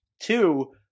Two